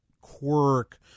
quirk